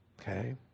Okay